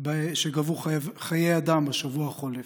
שגבו חיי אדם בשבוע החולף: